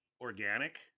organic